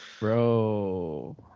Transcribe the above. Bro